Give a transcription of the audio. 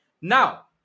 Now